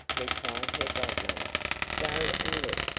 replied her godmother go and look.